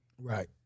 right